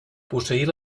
posseir